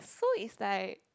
so it's like